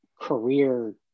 career